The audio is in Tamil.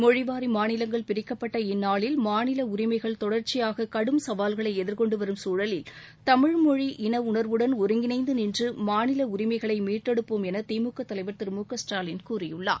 மொழிவாரி மாநிலங்கள் பிரிக்கப்பட்ட இந்நாளில் மாநில உரிமைகள் தொடர்ச்சியாக கடும் சவால்களை எதிர்கொண்டு வரும் சூழலில் தமிழ்மொழி இன உணர்வுடன் ஒருங்கிணைந்து நின்று மாநில உரிமைகளை மீட்டெடுப்பொம் என தி மு க தலைவர் திரு மு க ஸ்டாலின் கூறியுள்ளார்